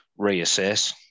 reassess